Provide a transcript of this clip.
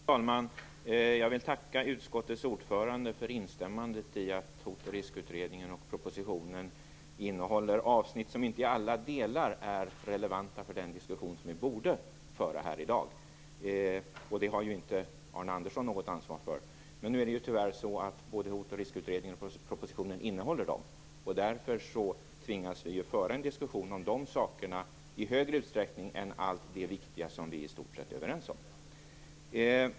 Fru talman! Jag vill tacka utskottets ordförande för instämmandet i att Hot och riskutredningen och propositionen innehåller avsnitt som inte i alla delar är relevanta för den diskussion som vi borde föra här i dag. Det har inte Arne Andersson något ansvar för. Men både Hot och riskutredningen och propositionen innehåller tyvärr de avsnitten, och därför tvingas vi i större utsträckning föra en diskussion om de sakerna än om allt det viktiga som vi i stort sett är överens om.